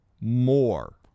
more